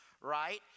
Right